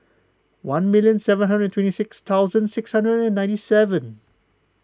one million seven hundred twenty six thousand six hundred and ninety seven